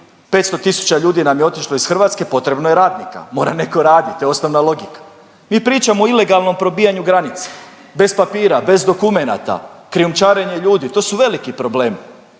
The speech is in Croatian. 500 tisuća ljudi nam je otišlo iz Hrvatske, potrebno je radnika. Mora netko radit, to je osnovna logika. I pričamo o ilegalnom probijanju granice, bez papira, bez dokumenata, krijumčarenje ljudi, to su veliki problemi.